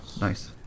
Nice